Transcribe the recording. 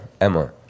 Emma